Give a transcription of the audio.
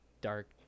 dark